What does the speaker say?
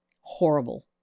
horrible